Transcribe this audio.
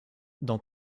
dans